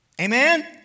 Amen